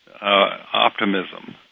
optimism